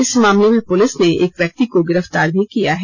इस मामले में पुलिस ने एक व्यक्ति को गिरफ्तार भी किया है